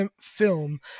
film